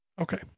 Okay